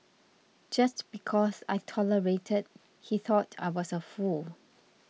just because I tolerated he thought I was a fool